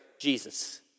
Jesus